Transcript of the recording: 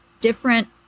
different